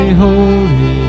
holy